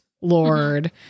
Lord